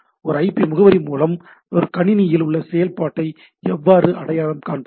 ஒரு ஐபி முகவரி மூலம் கணினியில் ஒரு செயல்முறையை எவ்வாறு அடையாளம் காண்பது